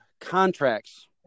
contracts